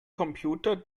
computer